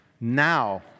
now